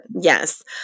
Yes